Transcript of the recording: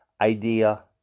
idea